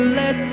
let